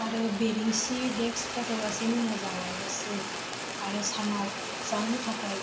आरो बेरेंसि डेक्सफाराथ' गासिबो मोजाङानोसै आरो सानाव जानो थाखाय